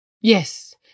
Yes